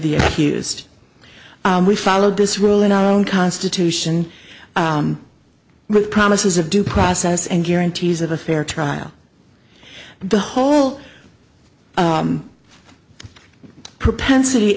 the fused we followed this rule in our own constitution with promises of due process and guarantees of a fair trial the whole propensity